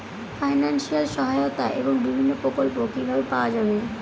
Financial সহায়তা এবং বিভিন্ন প্রকল্প কিভাবে পাওয়া যাবে?